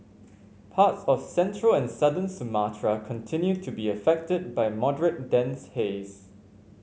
parts of central and southern Sumatra continue to be affected by moderate dense haze